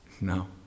No